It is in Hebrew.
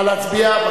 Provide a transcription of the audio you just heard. נא להצביע.